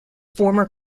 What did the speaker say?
former